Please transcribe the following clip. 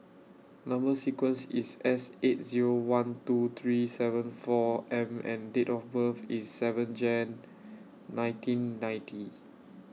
Number sequence IS S eight Zero one two three seven four M and Date of birth IS seven Jan nineteen ninety